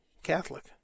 Catholic